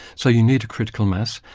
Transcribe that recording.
so you need a critical mass.